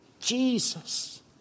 Jesus